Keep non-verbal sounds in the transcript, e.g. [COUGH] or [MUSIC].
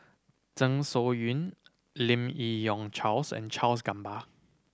Zeng [UNINTELLIGIBLE] Lim Yi Yong Charles and Charles Gamba